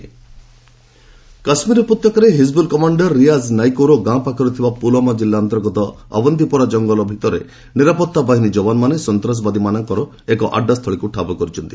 JK terrorist Kashmir ଉପତ୍ୟକାରେ Hizbul commander Riyaz ନାଇକୋର ଗାଁ ପାଖରେ ଥିବା ପୁଲୁୱାମା ଜିଲ୍ଲା ଅନ୍ତର୍ଗତ ଅବନ୍ତିପୋରା ଜଙ୍ଗଲ ଭିତରେ ନିରାପତ୍ତା ବାହିନୀ ଯବାନମାନେ ସନ୍ତାସବାଦୀମାନଙ୍କର ଏକ ଆଡ଼ାସ୍ଥଳୀକୁ ଠାବ କରିଛନ୍ତି